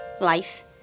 life